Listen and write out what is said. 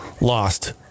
lost